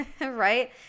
right